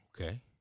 Okay